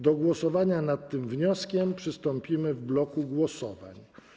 Do głosowania nad tym wnioskiem przystąpimy w bloku głosowań.